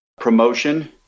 promotion